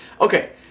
Okay